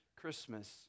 Christmas